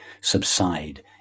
subside